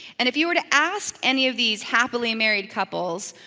and if you were to ask any of these happily married couples,